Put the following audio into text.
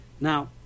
Now